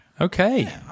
okay